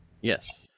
Yes